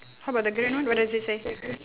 how about the green one what does it say